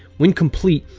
when complete,